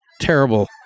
terrible